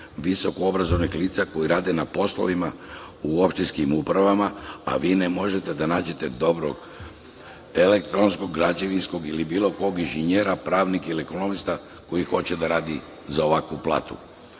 visokoobrazovanih lica koja rade na poslovima u opštinskim upravama, a vi ne možete da nađete dobro elektronskog, građevinskog ili bilo kog inženjera, pravnika ili ekonomistu koji hoće da radi za ovakvu